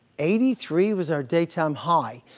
eighty three was our daytime high.